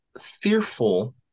fearful